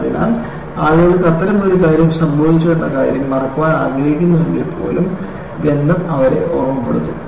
അതിനാൽ ആളുകൾക്ക് അത്തരമൊരു കാര്യം സംഭവിച്ചുവെന്ന കാര്യം മറക്കാൻ ആഗ്രഹിക്കുന്നുവെങ്കിൽപ്പോലും ഗന്ധം അവരെ ഓർമ്മപ്പെടുത്തും